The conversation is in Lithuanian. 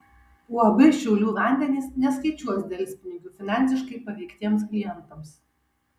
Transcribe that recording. uab šiaulių vandenys neskaičiuos delspinigių finansiškai paveiktiems klientams